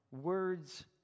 words